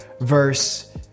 verse